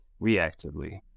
reactively